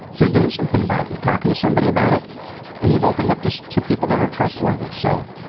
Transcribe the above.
you're doing something about it. you're talking to somebody about it and you've opened up to so to people that are trustworthy. so